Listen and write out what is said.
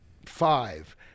five